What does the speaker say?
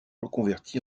reconverti